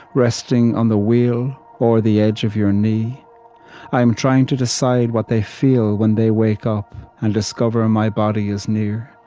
resting on the wheel or the edge of your knee i am trying to decide what they feel when they wake up and discover my body is near.